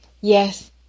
Yes